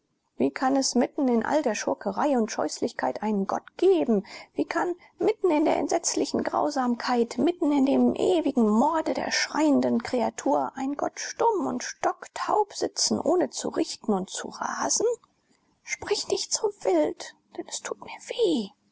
wie kann es mitten in all der schurkerei und scheußlichkeit einen gott geben wie kann mitten in der entsetzlichen grausamkeit mitten in dem ewigen morde der schreienden kreatur ein gott stumm und stocktaub sitzen ohne zu richten und zu rasen sprich nicht so wild denn es tut mir weh